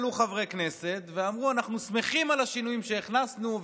עלו חברי כנסת ואמרו: אנחנו שמחים על השינויים שהכנסנו,